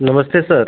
नमस्ते सर